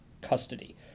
custody